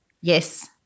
Yes